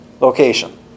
location